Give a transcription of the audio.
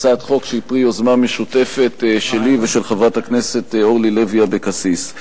הצעת חוק שהיא פרי יוזמה משותפת שלי ושל חברת הכנסת אורלי לוי אבקסיס.